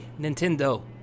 Nintendo